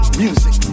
music